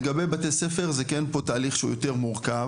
לגבי בתי ספר זה כן פה תהליך שהוא יותר מורכב,